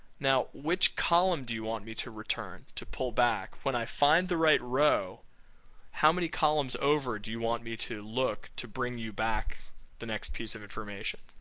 now, which column do you want me to return to pull back when i find the right row how many columns over do you want me to look to bring you back the next piece of information?